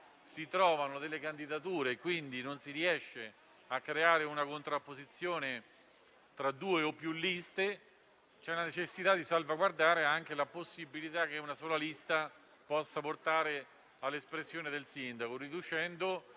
si trovano delle candidature e non si riesce a creare una contrapposizione tra due o più liste, vi è la necessità di salvaguardare la possibilità che anche una sola lista possa portare all'elezione del sindaco, riducendo